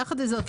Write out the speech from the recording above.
יחד עם זאת,